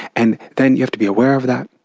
and then you have to be aware of that,